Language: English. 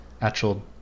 actual